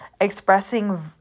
expressing